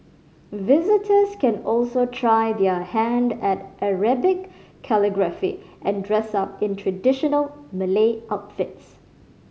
visitors can also try their hand at Arabic calligraphy and dress up in traditional Malay outfits